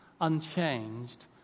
unchanged